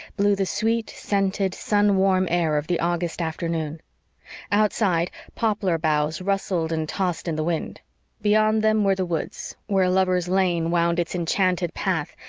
blew the sweet, scented, sun-warm air of the august afternoon outside, poplar boughs rustled and tossed in the wind beyond them were the woods, where lover's lane wound its enchanted path,